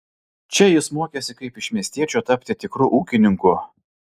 čia jis mokėsi kaip iš miestiečio tapti tikru ūkininku